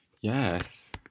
yes